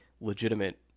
legitimate